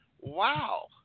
wow